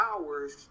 hours